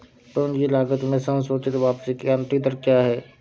पूंजी लागत में संशोधित वापसी की आंतरिक दर क्या है?